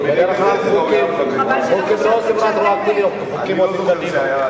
לא רטרואקטיבית, מעכשיו ואילך.